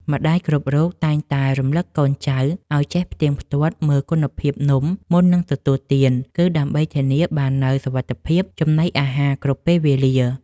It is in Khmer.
ម្ដាយគ្រប់រូបតែងតែរំលឹកកូនចៅឱ្យចេះផ្ទៀងផ្ទាត់មើលគុណភាពនំមុននឹងទទួលទាន គឺ ដើម្បីធានាបាននូវសុវត្ថិភាពចំណីអាហារគ្រប់ពេលវេលា។